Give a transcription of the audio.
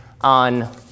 on